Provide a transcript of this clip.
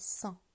cent